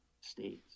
states